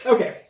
Okay